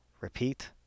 repeat